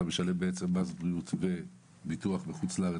אתה משלם מס בריאות וביטוח בחו"ל,